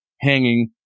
hanging